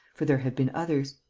for there have been others.